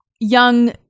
young